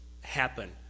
happen